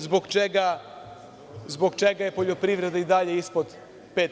Zbog čega je poljoprivreda i dalje ispod 5%